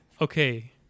Okay